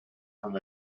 from